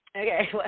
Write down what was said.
Okay